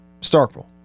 Starkville